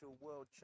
world